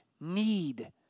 need